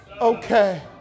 okay